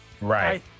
Right